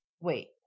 wait